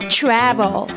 travel